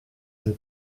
and